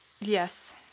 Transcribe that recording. Yes